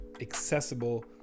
accessible